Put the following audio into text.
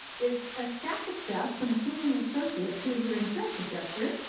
is a stack of stuff from keenan and associates who is your insurance adjuster,